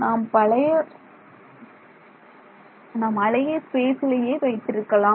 நாம் அலையை ஸ்பேசிலேயே வைத்திருக்கலாம்